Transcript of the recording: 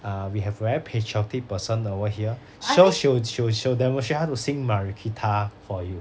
err we have a very patriotic person over here so she will she will she will demonstrate how to sing mari kita for you